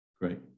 Great